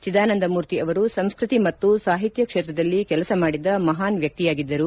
ಚಿದಾನಂದ ಮೂರ್ತಿ ಅವರು ಸಂಸ್ಟತಿ ಮತ್ತು ಸಾಹಿತ್ಯ ಕ್ಷೇತ್ರದಲ್ಲಿ ಕೆಲಸ ಮಾಡಿದ ಮಹಾನ್ ವ್ಯಕ್ತಿಯಾಗಿದ್ದರು